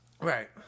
Right